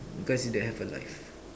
because you don't have a life